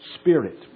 spirit